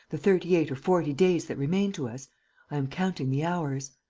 the thirty-eight or forty days that remain to us i am counting the hours.